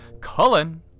Cullen